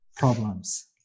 problems